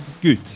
good